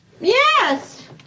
Yes